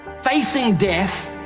facing death.